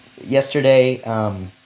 Yesterday